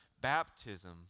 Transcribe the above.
baptism